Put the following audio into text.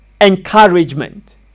encouragement